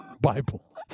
Bible